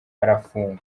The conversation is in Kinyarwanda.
arafungwa